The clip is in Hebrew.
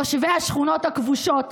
תושבי השכונות הכבושות,